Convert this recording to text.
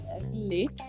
late